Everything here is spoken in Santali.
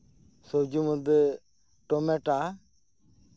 ᱥᱚᱵᱽᱡᱤ ᱢᱚᱫᱽᱫᱷᱮ ᱴᱚᱢᱮᱴᱟ